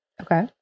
Okay